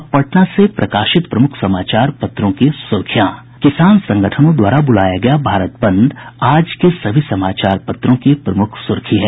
अब पटना से प्रकाशित प्रमुख समाचार पत्रों की सुर्खियां किसान संगठनों द्वारा बुलाया गया भारत बंद आज के सभी समाचार पत्रों की प्रमुख सुर्खी है